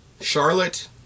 Charlotte